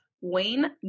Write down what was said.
Wayne